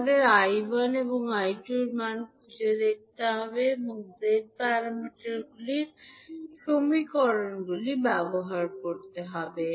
আমাদের 𝐈1 এবং 𝐈2 এর মানগুলি খুঁজে পেতে Z প্যারামিটার সমীকরণগুলি ব্যবহার করতে হবে